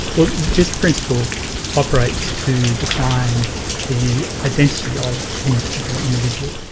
well this principle operates to define the identity of any particular individual,